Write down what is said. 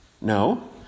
No